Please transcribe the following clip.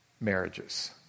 marriages